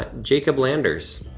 ah jacob landers.